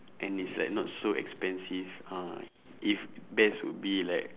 and it's like not so expensive ah if best would be like